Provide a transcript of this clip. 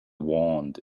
wand